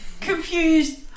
confused